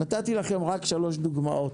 נתתי לכם רק 3 דוגמאות